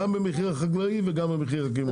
גם במחיר החקלאי וגם במחיר הקמעונאי.